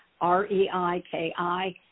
R-E-I-K-I